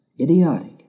Idiotic